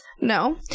No